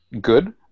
good